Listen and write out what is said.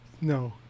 no